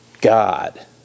God